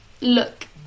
look